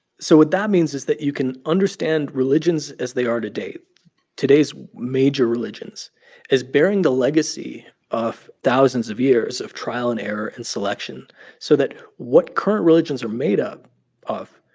so what that means is that you can understand religions as they are today today's major religions as bearing the legacy of thousands of years of trial and error and selection so that what current religions are made up of,